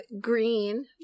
green